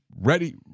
ready